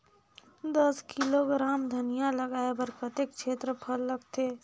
दस किलोग्राम धनिया लगाय बर कतेक क्षेत्रफल लगथे?